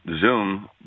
Zoom